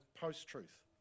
post-truth